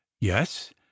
yes